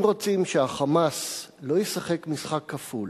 אם רוצים שה"חמאס" לא ישחק משחק כפול